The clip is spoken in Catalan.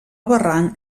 barranc